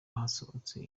hasohotse